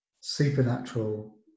supernatural